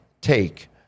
take